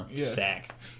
sack